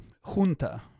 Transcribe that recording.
junta